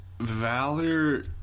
Valor